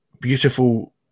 beautiful